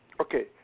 Okay